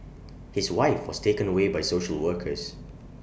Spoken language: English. his wife was taken away by social workers